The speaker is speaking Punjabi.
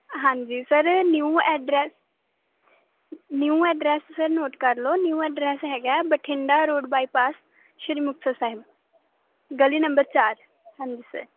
ਹਾਂਜੀ sir new address new address sir note ਕਰ ਲਓ ਨਿਊ ਐਡਰੈਸ ਹੈਗਾ ਬਠਿੰਡਾ ਰੋਡ ਬਾਈਪਾਸ ਸ਼੍ਰੀ ਮੁਕਤਸਰ ਸਾਹਿਬ ਗਲੀ ਨੰਬਰ ਚਾਰ ਹਾਂਜੀ ਸਰ